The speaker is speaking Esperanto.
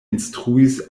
instruis